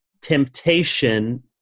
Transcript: temptation